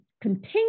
continue